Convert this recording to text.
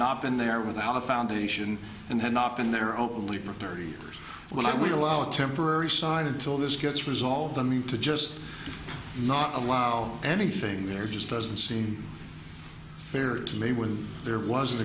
not been there without a foundation and had not been there only for thirty years when i would allow a temporary side until this gets resolved and to just not allow anything there just doesn't seem fair to me was there was an